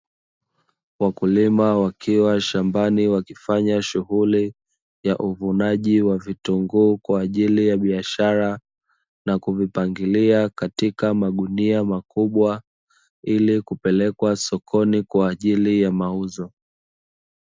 Wakulima wakiwa shambani wakifanya shughuli ya uvunaji wa vitunguu, kwa ajili ya biashara na kuvipangilia katika magunia makubwa, ili kupelekwa sokoni kwa ajili ya mauzo.